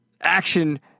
action